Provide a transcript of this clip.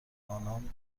آنان